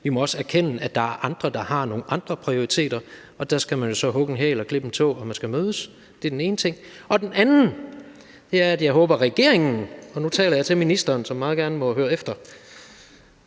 Vi må også erkende, at der er andre, der har nogle andre prioriteter, og der skal man jo så hugge en hæl og klippe en tå, når man skal mødes. Det er den ene ting. Den anden ting er, at jeg håber, at regeringen forstår – og nu taler jeg til ministeren, som meget gerne må høre efter